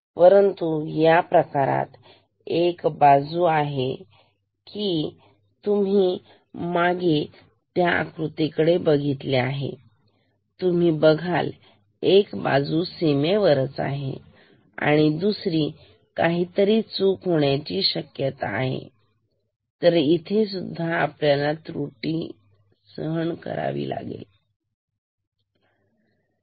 परंतु या प्रकारात एक बाजू आहे तुम्ही मागे त्या आकृतीकडे बघितले तर तुम्ही बघाल एक बाजू ही सीमेवरच आहे त्यामुळे काहीतरी चूक होण्याची शक्यता आहे तर इथे सुद्धा आपल्याला त्रुटी आहे